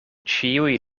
ĉiuj